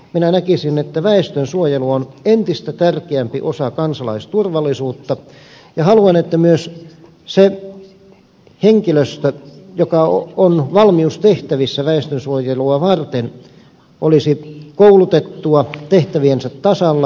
minä näkisin että väestönsuojelu on entistä tärkeämpi osa kansalaisturvallisuutta ja haluan että myös se henkilöstö joka on valmiustehtävissä väestönsuojelua varten olisi koulutettua tehtäviensä tasalla